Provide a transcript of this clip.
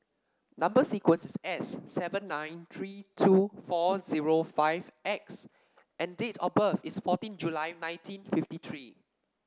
number sequence is S seven nine three two four zero five X and date of birth is fourteen July nineteen fifty three